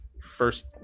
first